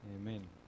Amen